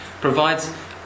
provides